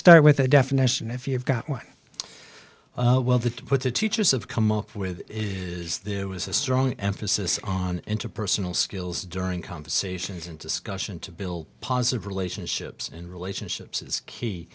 start with a definition if you've got one well that put the teachers of come up with is there was a strong emphasis on interpersonal skills during conversations and discussion to build positive relationships in relationships is key